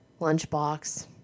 lunchbox